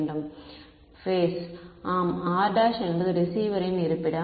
மாணவர் பேஸ் ஆம் r ′என்பது ரிசீவரின் இருப்பிடம்